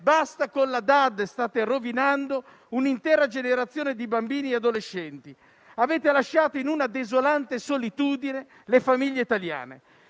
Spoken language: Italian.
Basta con la DAD: state rovinando un'intera generazione di bambini e adolescenti. Avete lasciato in una desolante solitudine famiglie italiane.